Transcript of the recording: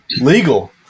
legal